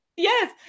Yes